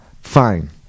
Fine